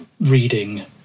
reading